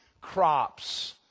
crops